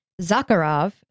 Zakharov